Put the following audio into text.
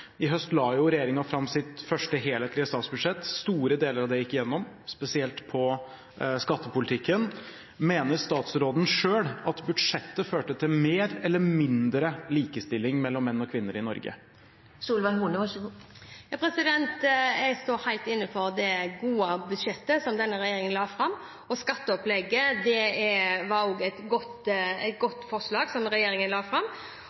I høst la regjeringen fram sitt første helhetlige statsbudsjett. Store deler av det gikk gjennom, spesielt på skattepolitikken. Mener statsråden selv at budsjettet førte til mer eller mindre likestilling mellom menn og kvinner i Norge? Jeg står helt inne for det gode budsjettet som denne regjeringen la fram. Skatteopplegget var et godt forslag som regjeringen la fram.